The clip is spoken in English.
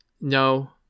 No